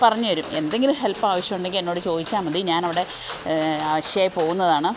പറഞ്ഞ് തരും എന്തെങ്കിലും ഹെല്പ് ആവശ്യമുണ്ടെങ്കിൽ എന്നോട് ചോദിച്ചാൽ മതി ഞാൻ അവിടെ അക്ഷയയിൽ പോവുന്നതാണ്